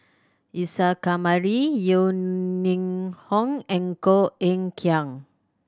Isa Kamari Yeo Ning Hong and Koh Eng Kian